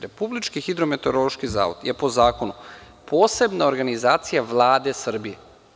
Republički hidrometeorološki zavod je, po zakonu, posebna organizacija Vlade Srbije.